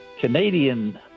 Canadian